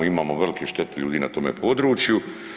Imamo velikih šteta ljudi na tome području.